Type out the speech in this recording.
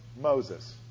Moses